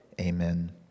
Amen